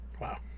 wow